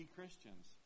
Christians